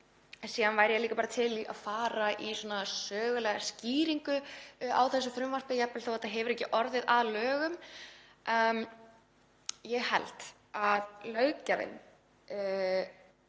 Síðan væri ég líka til í að fara í sögulega skýringu á þessu frumvarpi, jafnvel þó að þetta hafi ekki orðið að lögum. Ég held að löggjafanum